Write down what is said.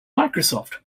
microsoft